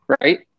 right